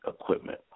equipment